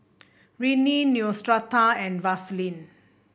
Rene Neostrata and Vaselin